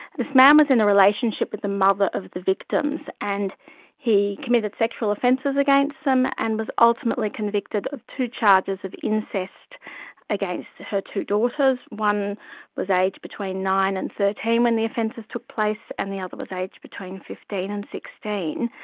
this man was in a relationship with the mother of the victims and he committed sexual offences against them and was ultimately convicted of two charges of incest against her two daughters. one was aged between nine and thirteen when the offences took place, and the other was aged between fifteen and sixteen.